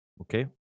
Okay